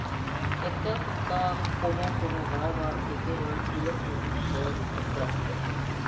एक्का दूक्का कोनो कोनो गाँव म देखे बर मिलत रिहिस हवय टेक्टर ह